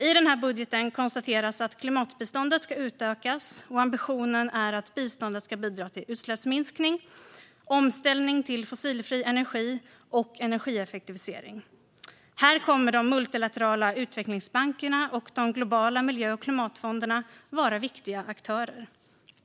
I den här budgeten konstateras att klimatbiståndet ska utökas. Ambitionen är att biståndet ska bidra till utsläppsminskning, omställning till fossilfri energi och energieffektivisering. Här kommer de multilaterala utvecklingsbankerna och de globala miljö och klimatfonderna att vara viktiga aktörer.